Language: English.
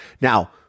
Now